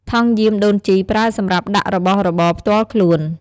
ថង់យាមដូនជីប្រើសម្រាប់ដាក់របស់របរផ្ទាល់ខ្លួន។